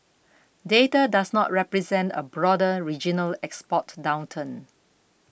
data does not represent a broader regional export downturn